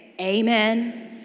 Amen